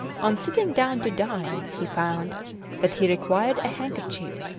on sitting down to dine, he found that he required a handkerchief,